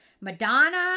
Madonna